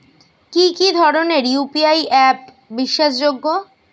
কি কি ধরনের ইউ.পি.আই অ্যাপ বিশ্বাসযোগ্য?